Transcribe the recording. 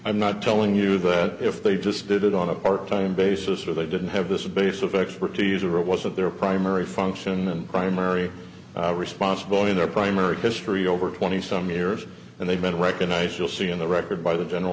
i'm not telling you that if they just did it on a part time basis or they didn't have this base of expertise or it wasn't their primary function and primary responsible in their primary history over twenty some years and they've been recognized you'll see in the record by the general